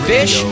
Fish